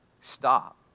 stop